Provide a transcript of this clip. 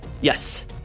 Yes